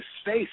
space